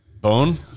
Bone